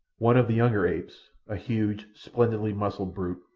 one of the younger apes, a huge, splendidly muscled brute,